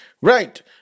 right